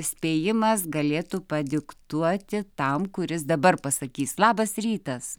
spėjimas galėtų padiktuoti tam kuris dabar pasakys labas rytas